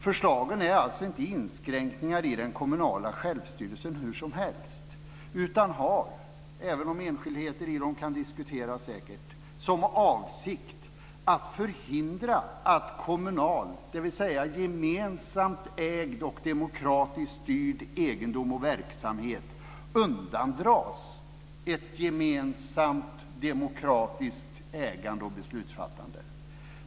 Förslagen är alltså inte inskränkningar i den kommunala självstyrelsen vilka som helst, utan de har - även om enskildheter i dem säkert kan diskuteras - som avsikt att förhindra att kommunal, dvs. gemensamt ägd och demokratiskt styrd, egendom och verksamhet undandras ett gemensamt demokratiskt ägande och beslutsfattande.